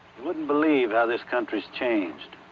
wouldn't believe how this country has changed.